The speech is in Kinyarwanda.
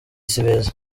sibeza